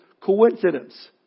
coincidence